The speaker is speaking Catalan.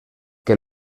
que